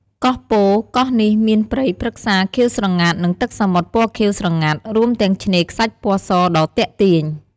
កោះពោធិ៍ កោះនេះមានព្រៃព្រឹក្សាខៀវស្រងាត់ និងទឹកសមុទ្រពណ៌ខៀវស្រងាត់ រួមទាំងឆ្នេរខ្សាច់ពណ៌សដ៏ទាក់ទាញ។